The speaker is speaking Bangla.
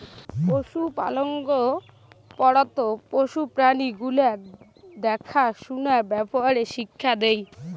পশুপালন পড়াত পশু প্রাণী গুলার দ্যাখা সুনার ব্যাপারে শিক্ষা দেই